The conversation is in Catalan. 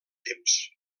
temps